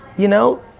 you know,